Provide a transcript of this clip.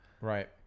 Right